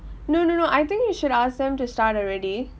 no no no I think you should ask them to start already